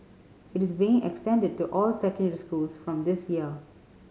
it is being extended to all secondary schools from this year